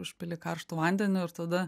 užpili karštu vandeniu ir tada